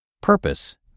Purpose